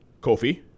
Kofi